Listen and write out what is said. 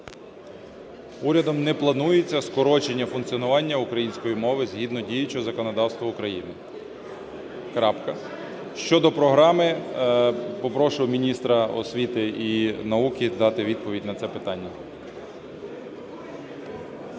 Урядом не планується скорочення функціонування української мови згідно діючого законодавства України. Крапка. Щодо програми, попрошу міністра освіти і науки дати відповідь на це питання.